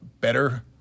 better